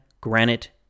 granite